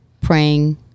praying